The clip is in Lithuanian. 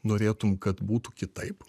norėtum kad būtų kitaip